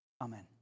Amen